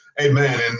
Amen